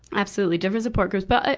absolutely. different support groups. but,